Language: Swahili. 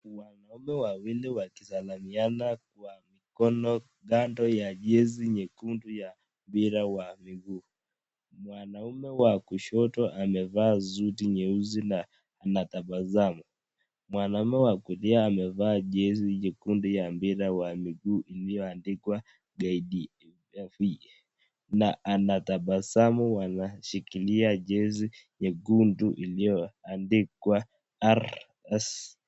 Wanaume wawili wakisalimiana kwa mikono kando ya jezi nyekundu ya mpira wa miguu. Wanaume wa kushoto ameba zuti nyeuzi na anatabasamu. Mwanaume wa kulia amevaa jezi jekundu wa mpira wa miguu iliyoandikwa KDF. Na anatabasamu akishikilia jezi nyekundu iliyoandikwa RS.